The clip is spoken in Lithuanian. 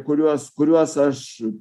kuriuos kuriuos aš